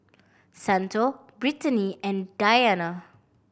Santo Brittany and Diane